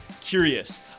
curious